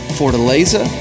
Fortaleza